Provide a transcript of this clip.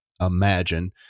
imagine